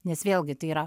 nes vėlgi tai yra